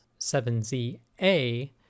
7za